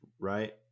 right